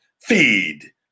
Feed